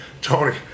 Tony